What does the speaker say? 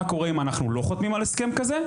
מה קורה אם אנחנו לא חותמים על הסכם כזה?